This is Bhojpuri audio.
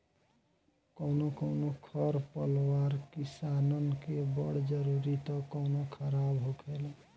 कौनो कौनो खर पतवार किसानन के बड़ जरूरी त कौनो खराब होखेला